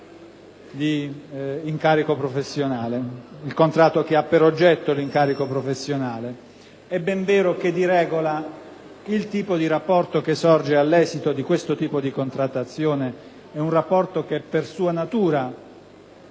al contratto che ha per oggetto l'incarico professionale. È ben vero che, di regola, il tipo di rapporto che sorge all'esito di questo tipo di contrattazione, per sua natura,